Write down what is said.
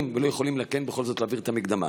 ולא יכולים בכל זאת כן להעביר את המקדמה.